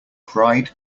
pride